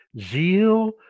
zeal